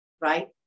Right